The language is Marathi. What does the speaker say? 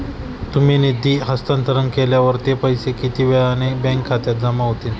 तुम्ही निधी हस्तांतरण केल्यावर ते पैसे किती वेळाने बँक खात्यात जमा होतील?